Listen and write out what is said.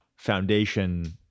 Foundation